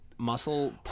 Muscle